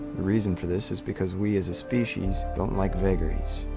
the reason for this is because we, as a species, don't like vagaries.